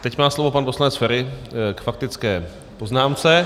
Teď má slovo pan poslanec Feri k faktické poznámce.